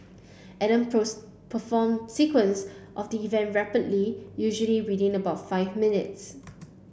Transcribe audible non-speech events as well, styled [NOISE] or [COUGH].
Adam [UNINTELLIGIBLE] perform sequence of the events rapidly usually within about five minutes